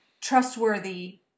trustworthy